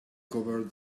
covered